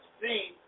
seen